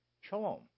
Shalom